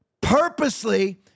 purposely